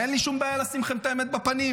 אין לי שום בעיה לשים לכם את האמת בפנים.